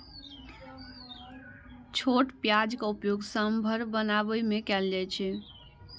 छोट प्याजक उपयोग सांभर बनाबै मे कैल जाइ छै